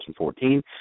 2014